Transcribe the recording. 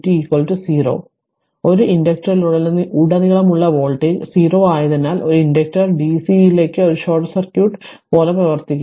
അതിനാൽ ഒരു ഇൻഡക്ടറിലുടനീളമുള്ള വോൾട്ടേജ് 0 ആയതിനാൽ ഒരു ഇൻഡക്റ്റർ dc യിലേക്ക് ഒരു ഷോർട്ട് സർക്യൂട്ട് പോലെ പ്രവർത്തിക്കുന്നു